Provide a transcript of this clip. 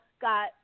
got